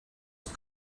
ist